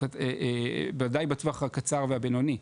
בוודאי בטווח הקצר והבינוני,